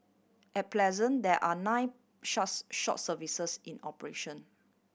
at pleasant there are nine short services in operation